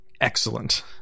excellent